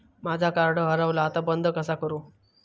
माझा कार्ड हरवला आता बंद कसा करू?